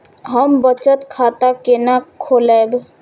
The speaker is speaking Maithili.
हम बचत खाता केना खोलैब?